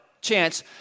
chance